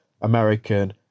American